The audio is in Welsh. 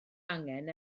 angen